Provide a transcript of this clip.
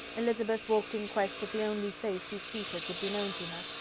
elizabeth walked in quest of the only face whose features would be known to her.